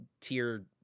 tier